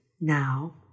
now